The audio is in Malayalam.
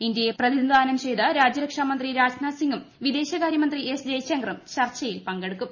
ഇന്ത്യയെ പ്രതിനിധാനം ചെയ്ത് രാജ്യരക്ഷ്മാ മ്ന്ത്രി രാജ്നാഥ് സിംഗും വിദേശകാര്യ മന്ത്രി എസ് ജയശ്രങ്കരൂം ചർച്ചയിൽ പങ്കെടുക്കും